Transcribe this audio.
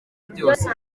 byose